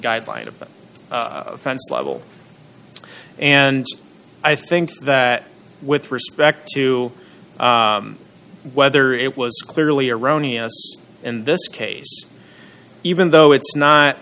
guideline of offense level and i think that with respect to whether it was clearly erroneous in this case even though it's not